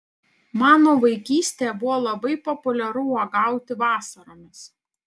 mano vaikystėje buvo labai populiaru uogauti vasaromis